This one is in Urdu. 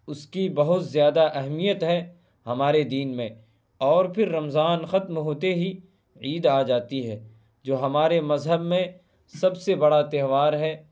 اس کی بہت زیادہ اہمیت ہے ہمارے دین میں اور پھر رمضان ختم ہوتے ہی عید آ جاتی ہے جو ہمارے مذہب میں سب سے بڑا تہوار ہے